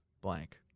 blank